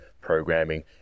programming